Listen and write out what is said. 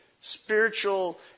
Spiritual